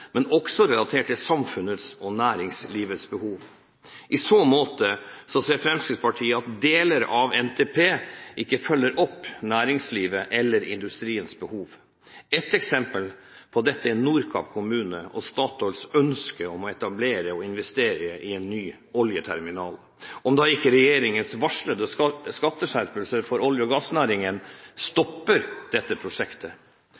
men også relatert til samfunnets og næringslivets behov. I så måte ser Fremskrittspartiet at deler av NTP ikke følger opp næringslivets eller industriens behov. Et eksempel på dette er Nordkapp kommune og Statoils ønske om å etablere og investere i en ny oljeterminal – om da ikke regjeringens varslede skatteskjerpelser for olje- og gassnæringen